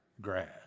grass